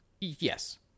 Yes